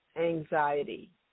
anxiety